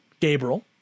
Gabriel